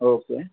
okay